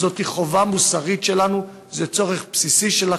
זאת חובה מוסרית שלנו, זה צורך בסיסי של החברה,